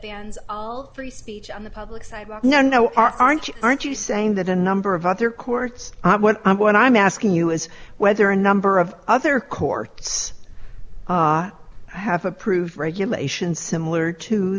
all free speech on the public sidewalk no no aren't you aren't you saying that a number of other courts i'm what i'm what i'm asking you is whether a number of other courts have approved regulations similar to